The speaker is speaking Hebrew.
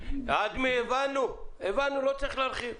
כל ספק מקבל קוד ייחודי משל עצמו